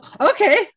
okay